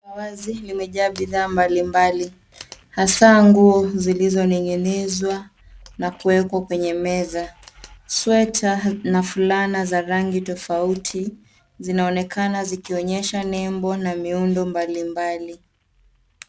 Soko la wazi limejaa bidhaa mbalimbali hasa nguo zilizoning'inizwa na kuwekwa kwenye meza. Sweta na fulana za rangi tofuati zinaonekana zikionyesha nembo na miundo mbalimbali.